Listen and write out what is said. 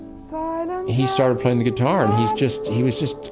so and he started playing the guitar and he's just, he was just,